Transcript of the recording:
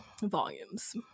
volumes